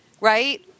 right